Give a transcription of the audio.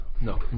No